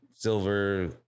Silver